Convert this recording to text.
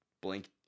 Blink